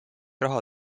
raha